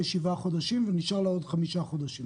שבעה חודשים ונשארו לו עוד חמישה חודשים.